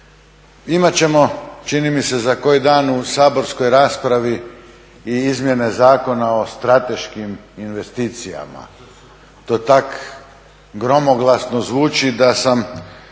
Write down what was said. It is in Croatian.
Imat ćemo čini mi se za koji dan u saborskoj raspravi i izmjene Zakona o strateškim investicijama. To tako gromoglasno zvuči da sam